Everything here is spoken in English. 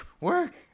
work